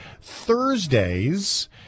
Thursdays